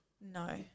No